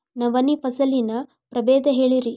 ನವಣಿ ಫಸಲಿನ ಪ್ರಭೇದ ಹೇಳಿರಿ